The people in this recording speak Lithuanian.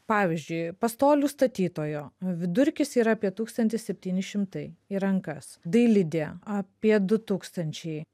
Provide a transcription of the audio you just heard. pavyzdžiui pastolių statytojo vidurkis yra apie tūkstantis septyni šimtai į rankas dailidė apie du tūkstančiai